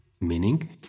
Meaning